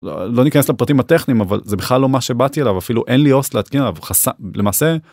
לא ניכנס לפרטים הטכניים, אבל זה בכלל לא מה שבאתי אליו אפילו אין לי host להתקין עליו, למעשה...